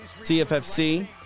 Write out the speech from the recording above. CFFC